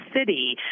city